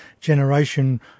generation